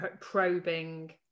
probing